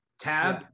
tab